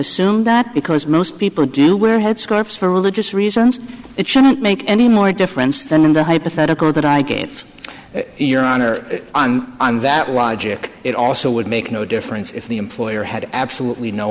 assume that because most people do wear a headscarf for religious reasons it shouldn't make any more difference than in the hypothetical that i gave your honor on on that watch it also would make no difference if the employer had absolutely no